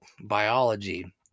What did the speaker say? biology